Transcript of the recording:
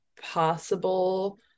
possible